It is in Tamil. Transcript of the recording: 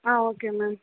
ah okay ma'am